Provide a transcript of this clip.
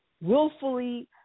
willfully